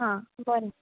हा बरें